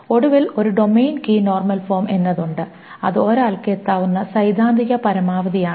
ഒടുവിൽ ഒരു domain key normal form എന്നത് ഉണ്ട് അത് ഒരാൾക്കു എത്താവുന്ന സൈദ്ധാന്തിക പരമാവധി ആണ്